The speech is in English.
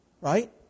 Right